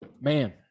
Man